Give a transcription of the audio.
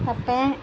தைப்பேன்